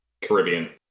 Caribbean